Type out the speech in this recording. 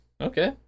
okay